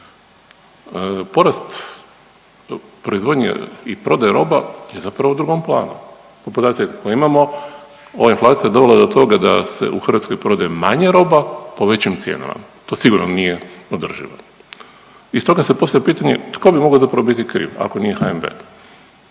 Porast proizvodnje i prodaje roba je zapravo u drugom planu. Po podacima kakve imamo ova inflacija je dovela do toga da se u Hrvatskoj prodaje manje roba po većim cijenama. To sigurno nije održivo i stoga se postavlja pitanje tko bi mogao zapravo biti kriv ako nije HNB?